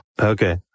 Okay